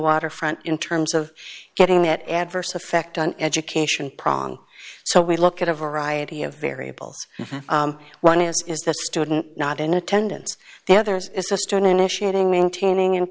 waterfront in terms of getting that adverse effect on education pronto so we look at a variety of variables one is is the student not in attendance the others it's a stone initiating maintaining and